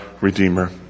Redeemer